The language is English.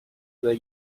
were